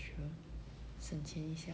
省钱一下